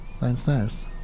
downstairs